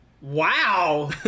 Wow